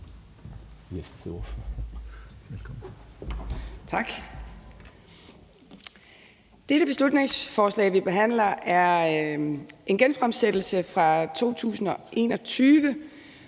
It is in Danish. Det beslutningsforslag, vi behandler, er en genfremsættelse af et fra 2021,